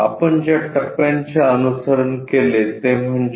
आपण ज्या टप्प्यांचे अनुसरण केले ते म्हणजे